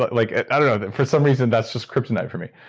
but like i don't know for some reason that's just kryptonite for me.